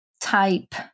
type